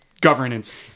governance